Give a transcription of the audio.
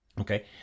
okay